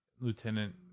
Lieutenant